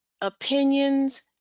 opinions